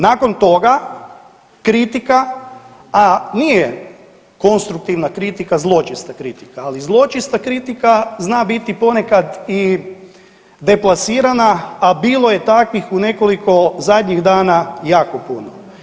Nakon toga kritika a nije konstruktivna kritika zločesta kritika, ali zločesta kritika zna biti ponekad i deplasirana, a bilo je takvih nekoliko zadnjih dana jako puno.